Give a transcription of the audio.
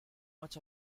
much